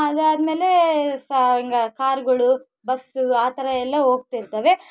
ಅದಾದಮೇಲೆ ಹಿಂಗೆ ಕಾರ್ಗಳು ಬಸ್ ಆ ಥರಯೆಲ್ಲ ಹೋಗ್ತಿರ್ತವೆ